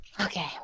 Okay